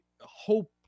hope